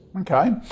Okay